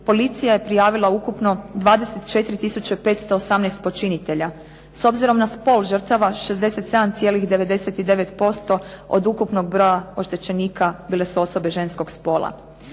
policija je prijavila ukupno 24518 počinitelja. S obzirom na spol žrtava 67,99% od ukupnog broja oštećenika bile su osobe ženskog spola.